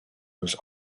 was